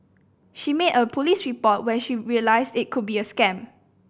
she made a police report when she realised it could be a scam